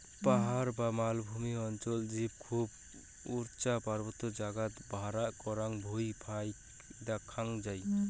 পাহাড় বা মালভূমি অঞ্চলত জীব খুব উচা পার্বত্য জাগাত ভ্যাড়া চরার ভুঁই ফাইক দ্যাখ্যাং যাই